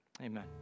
Amen